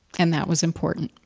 and that was important.